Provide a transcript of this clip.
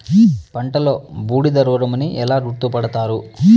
పంటలో బూడిద రోగమని ఎలా గుర్తుపడతారు?